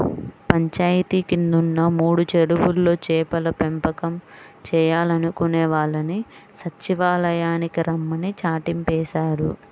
పంచాయితీ కిందున్న మూడు చెరువుల్లో చేపల పెంపకం చేయాలనుకునే వాళ్ళని సచ్చివాలయానికి రమ్మని చాటింపేశారు